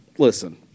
Listen